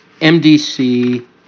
MDC